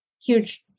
huge